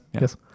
Yes